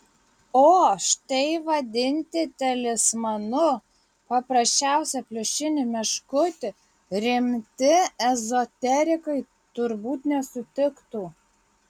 o štai vadinti talismanu paprasčiausią pliušinį meškutį rimti ezoterikai turbūt nesutiktų